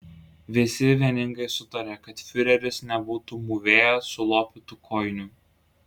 visi vieningai sutarė kad fiureris nebūtų mūvėjęs sulopytų kojinių